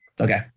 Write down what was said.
Okay